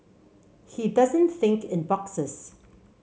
he doesn't think in boxes